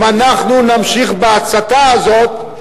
אם אנחנו נמשיך בהצתה הזאת,